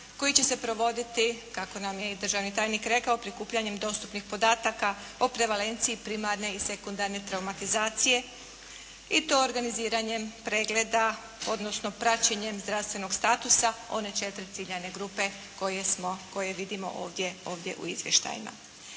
koji će se provoditi, kao nam je i državni tajnik rekao, prikupljanjem dostupnih podataka o prevalenciji primarne i sekundarne traumatizacije i to organiziranjem pregleda, odnosno praćenjem zdravstvenog statusa one četiri ciljane grupe koje vidimo ovdje u izvještajima.